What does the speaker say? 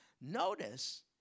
notice